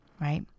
right